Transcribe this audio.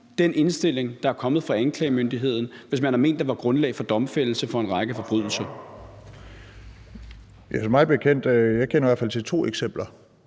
den indstilling, der er kommet fra anklagemyndigheden, hvis man har ment, der var grundlag for domfældelse for en række forbrydelser. Kl. 13:58 Anden næstformand (Jeppe